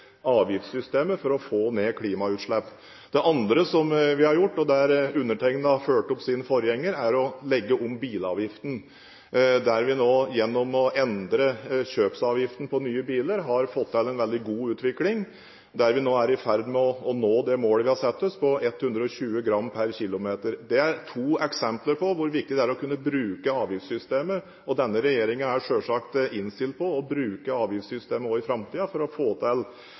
avgiftssystemet for å få ned klimautslippene. Det andre vi har gjort – og der undertegnede har fulgt opp sin forgjenger – er å legge om bilavgiftene. Gjennom å endre kjøpsavgiften på nye biler har vi nå fått til en veldig god utvikling, der vi er i ferd med å nå det målet vi har satt oss på 120 g/km. Det er to eksempler på hvor viktig det er å kunne bruke avgiftssystemet. Denne regjeringen er selvsagt innstilt på å bruke avgiftssystemet også i framtiden for å få til